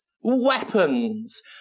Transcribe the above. weapons